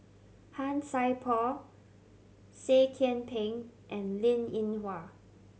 Han Sai Por Seah Kian Peng and Linn In Hua